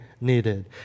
needed